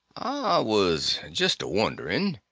ah was just a-wondering,